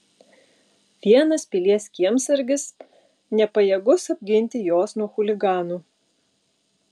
vienas pilies kiemsargis nepajėgus apginti jos nuo chuliganų